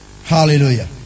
Hallelujah